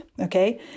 Okay